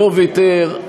לא ויתר,